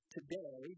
Today